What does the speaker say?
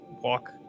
walk